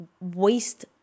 waste